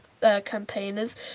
campaigners